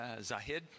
Zahid